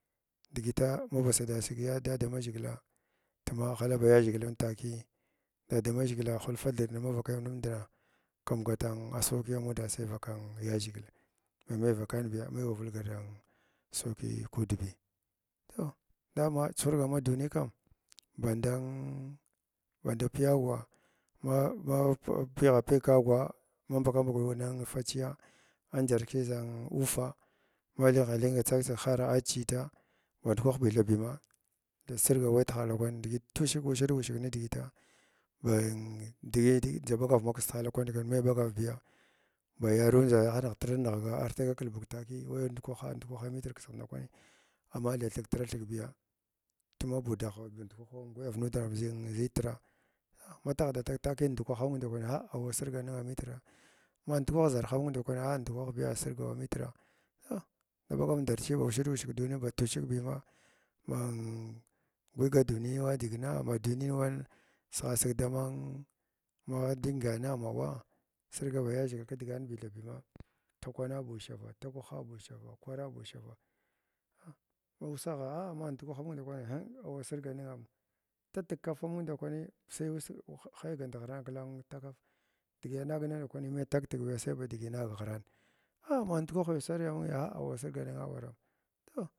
Digita ma ba sada sig ya dadamaʒhgila tuma ghala ba yaʒhigilan takiya dadamaʒhigila hulfa thabtin manvakay numdana kum gata sanki anuda sai vaka ya ʒhigila, mai mai vakai biya mai wa vulgar sarki kuudbiyi toh dame chuhurga ma duniya kam banda banda piyagwa ma ha ma ba pigha pig kagwa ma mbugha mbu ni ni fachiya andʒer kiʒha uufa mathyəngha thyəng tsak tsig hara nehiyita band kwahibi thabi ma dasirga war tihala kwani tushit ushit ushig nidigita ban digi ndʒa ɓagar maks tihala kwang ndakwani mai ɓagavi biya ba yaamw manightr nighga ar fagk albug takiya wai ndukwaha ndukwaha mitr kskigha ndukwahi amathai thigta thig tuma badagh bandukwah wam gwayav nuda ba baʒtra ah na taghda tag takiya ndukwaha amung ndakunni gha awa sirganing amitra ma ndukwah zarharaming ndakwwani ah nfukwah biya asirgawa mitra aw daɓagar ndarchiya ba ushit ushig duniyi ba tushik bima mang bagwiga dinuya wa digina duniy wan saghasig dama dama thyənga mawa sirga ba yaʒhigil klgan bi thaɓi ma ta kwana bushava ta kwaha bushava kwana ba ushava a ma usagha ma ndukwahamung gha awasirga ningama tatig kafamung ndakwani sai us hangant ghran kla takaf digi anag ningh ndakwani mai taktigi sai ba digi nang ghirana ah ma ndukwahi ussariya amungua gha wasirga ningha awaraman toh.